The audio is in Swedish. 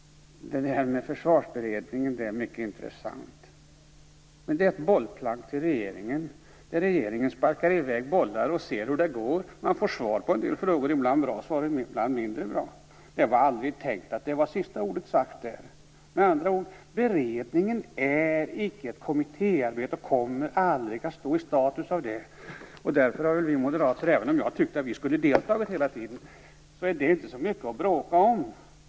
Försvarsberedningen är mycket intressant. Den är ett bollplank till regeringen. Regeringen sparkar i väg bollar och ser hur det går. Man får svar på en del frågor ibland - iband bra svar, och ibland mindre bra. Det var aldrig tänkt att det sista ordet var sagt där. Med andra ord är beredningen icke ett kommittéarbete, och kommer att ha status av det. Därför anser vi moderater - även om jag tyckt att vi skulle ha deltagit hela tiden - att det inte är så mycket att bråka om.